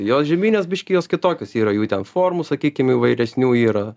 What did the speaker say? jos žieminės biškį jos kitokios yra jų ten formų sakykim įvairesnių yra